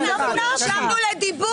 אנחנו נרשמנו לדיבור.